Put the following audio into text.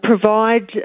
provide